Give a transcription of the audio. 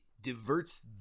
diverts